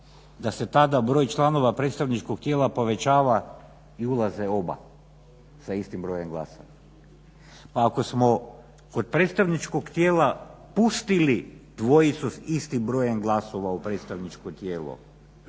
da se tada broj članova predstavničkog tijela povećava i ulaze oba sa istim brojem glasova. Pa ako smo kod predstavničkog tijela pustili dvojicu s istim brojem glasova u predstavničko tijelo